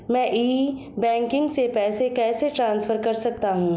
मैं e banking से पैसे कैसे ट्रांसफर कर सकता हूं?